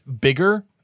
bigger